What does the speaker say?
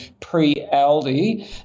pre-Aldi